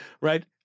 right